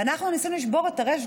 ואנחנו ניסינו לשבור את הראש,